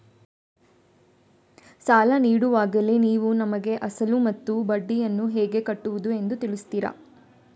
ಸಾಲ ನೀಡುವಾಗಲೇ ನೀವು ನಮಗೆ ಅಸಲು ಮತ್ತು ಬಡ್ಡಿಯನ್ನು ಹೇಗೆ ಕಟ್ಟುವುದು ಎಂದು ತಿಳಿಸುತ್ತೀರಾ?